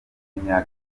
umunya